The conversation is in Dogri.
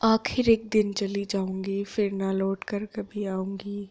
आखिर इक दिन चली जाऊंगी फिर ना लौट कर कभी आऊंगी